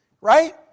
Right